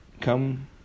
come